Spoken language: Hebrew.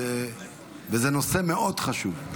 וזה נושא מאוד חשוב.